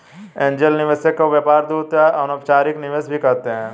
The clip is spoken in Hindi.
एंजेल निवेशक को व्यापार दूत या अनौपचारिक निवेशक भी कहते हैं